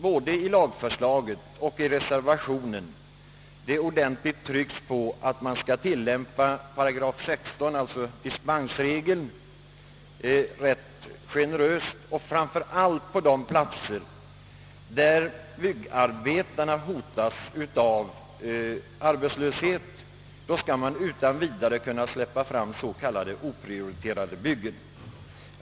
Både i lagförslaget och i reservationen har det kraftigt understruktits att man skall tillämpa 16 8, alltså dispensregeln, ganska generöst och framför allt att man på de platser där byggarbetarna hotas av arbetslöshet utan vidare skall kunna släppa fram s.k. oprioriterade byggen.